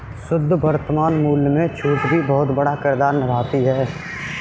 शुद्ध वर्तमान मूल्य में छूट भी बहुत बड़ा किरदार निभाती है